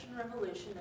Revolution